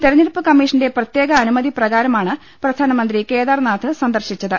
തെരഞ്ഞെടുപ്പ് കമ്മീഷന്റെ പ്രത്യേക അനുമതിപ്രകാരമാണ് പ്രധാനമന്ത്രി കേദാർനാഥ് സന്ദർശിച്ചത്